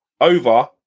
over